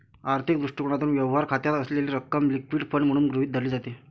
आर्थिक दृष्टिकोनातून, व्यवहार खात्यात असलेली रक्कम लिक्विड फंड म्हणून गृहीत धरली जाते